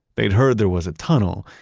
they'd heard there was a tunnel,